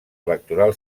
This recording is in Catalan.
electoral